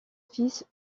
fils